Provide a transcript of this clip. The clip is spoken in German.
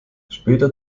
später